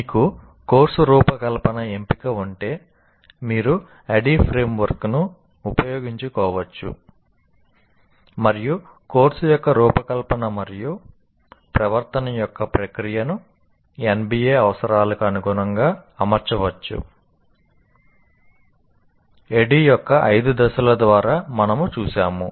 మీకు కోర్సు రూపకల్పన ఎంపిక ఉంటే మీరు ADDIE ఫ్రేమ్వర్క్ను ఉపయోగించుకోవచ్చు మరియు కోర్సు యొక్క రూపకల్పన మరియు ప్రవర్తన యొక్క ప్రక్రియను NBA అవసరాలకు అనుగుణంగా అమర్చవచ్చు ADDIE యొక్క 5 దశల ద్వారా మనము చూశాము